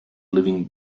living